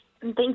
thank